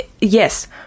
Yes